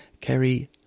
Kerry